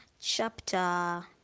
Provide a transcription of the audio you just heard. chapter